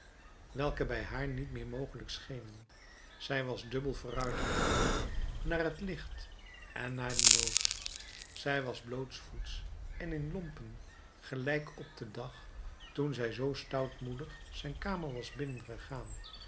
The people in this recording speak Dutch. welke bij haar niet meer mogelijk schenen zij was dubbel vooruitgegaan naar het licht en naar den nood zij was blootsvoets en in lompen gelijk op den dag toen zij zoo stoutmoedig zijn kamer was binnengegaan